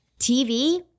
TV